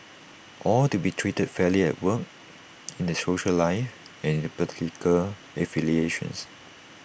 all to be treated fairly at work in their social life and in their political affiliations